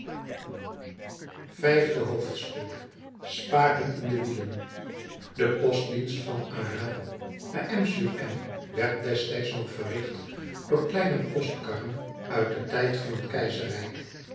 vijfde hoofdstuk spaken in de wielen de postdienst van arras naar m sur m werd destijds nog verricht door kleine postkarren uit den tijd van het keizerrijk